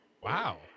Wow